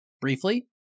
briefly